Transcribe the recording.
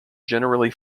generally